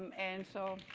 um and so,